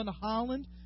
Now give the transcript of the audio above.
Holland